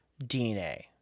DNA